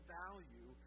value